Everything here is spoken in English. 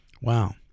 Wow